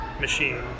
machine